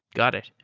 got it.